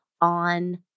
on